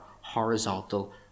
horizontal